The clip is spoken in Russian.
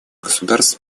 государств